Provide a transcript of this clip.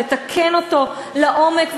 לתקן אותו לעומק,